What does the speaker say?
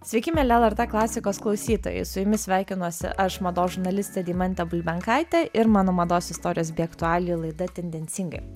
sveiki mieli lrt klasikos klausytojai su jumis sveikinuosi aš mados žurnalistė deimantė bulbenkaitė ir mano mados istorijos bei aktualijų laida tendencingai